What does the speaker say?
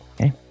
Okay